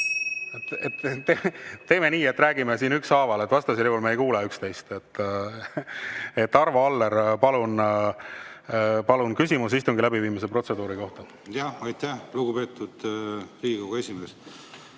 Teeme nii, et räägime siin ükshaaval, vastasel juhul me ei kuule üksteist. Arvo Aller, palun, küsimus istungi läbiviimise protseduuri kohta! Aitäh, lugupeetud Riigikogu esimees!